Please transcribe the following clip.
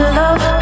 love